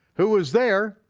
who was there,